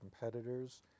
competitors